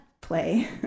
play